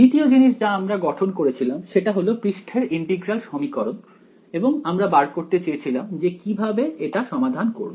দ্বিতীয় জিনিস যা আমরা গঠন করেছিলাম সেটা হল পৃষ্ঠের ইন্টিগ্রাল সমীকরণ এবং আমরা বার করতে চেয়েছিলাম যে কিভাবে এটা সমাধান করব